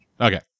Okay